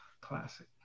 Classic